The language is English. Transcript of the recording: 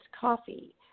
coffee